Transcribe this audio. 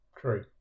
True